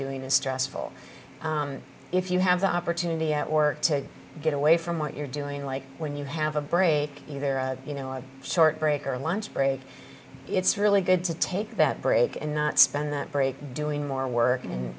doing is stressful if you have the opportunity at work to get away from what you're doing like when you have a break either a you know are short break or lunch break it's really good to take that break and not spend that break doing more work and